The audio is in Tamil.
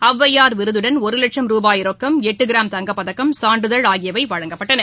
அவ்வையார் விருதுடன் ஒருவட்சும் ரூபாய் ரொக்கம் எட்டுகிராம் தங்கப் பதக்கம் சான்றிதழ் ஆகியவைவழங்கப்பட்டன